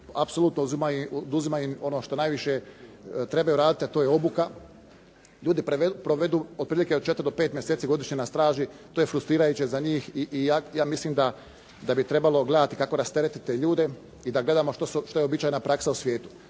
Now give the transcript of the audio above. apsolutno oduzimaju im ono što najviše trebaju raditi a to je obuka. Ljudi provedu otprilike 4 do 5 mjeseci godišnje na straži. To je frustrirajuće za njih i ja mislim da bi trebalo gledati kako rasteretiti te ljude i da gledamo što je uobičajena praksa u svijetu.